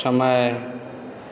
समय